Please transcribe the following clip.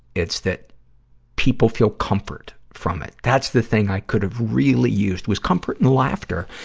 it's that people feel comfort from it. that's the thing i could have really used, was comfort and laughter.